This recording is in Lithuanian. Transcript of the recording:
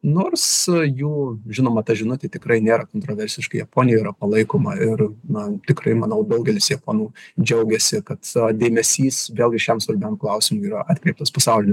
nors jų žinoma ta žinutė tikrai nėra kontroversiška japonija yra palaikoma ir na tikrai manau daugelis japonų džiaugiasi kad dėmesys vėlgi šiam svarbiam klausimui yra atkreiptas pasauliniu